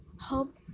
hope